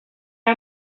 are